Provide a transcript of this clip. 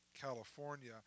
California